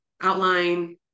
outline